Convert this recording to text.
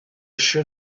sure